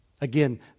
Again